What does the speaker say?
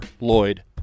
lloyd